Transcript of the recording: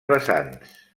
vessants